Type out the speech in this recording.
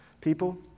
People